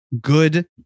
good